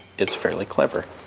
it's fairly clever.